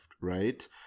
right